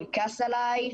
הוא יכעס עלי?